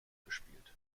gespielt